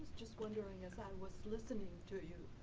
just wondering as i was listening to you,